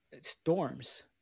storms